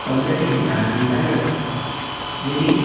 पंदरा न्ही धा मिनटां यो बेगीन